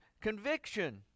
conviction